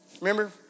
Remember